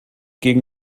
gegen